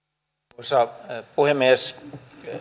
arvoisa puhemies